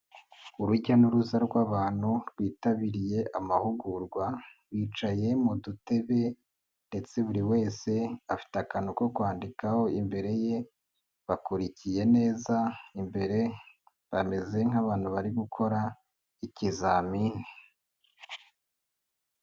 Urujya n'uruza rw'abantu bitabiriye amahugurwa bicaye mu dutebe, ndetse buri wese afite akantu ko kwandikaho, imbere ye bakurikiye neza imbere bameze nk'abantu bari gukora ikizamini.